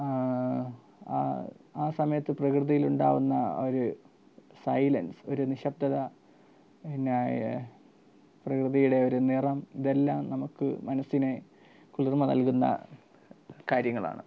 അ ആ സമയത്ത് പ്രകൃത്യിൽ ഉണ്ടാവുന്ന ഒരു സൈലെൻസ് ഒരു നിശബ്ദത പിന്നെ പ്രകൃതിടെ ഒരു നിറം ഇതെല്ലാം നമുക്ക് മനസ്സിന് കുളിർമ നൽകുന്ന കാര്യങ്ങളാണ്